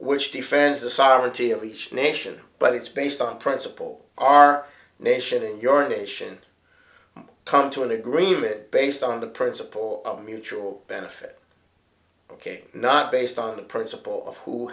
which defends the sovereignty of each nation but it's based on principle our nation and your nation come to an agreement based on the principle of mutual benefit ok not based on the principle of who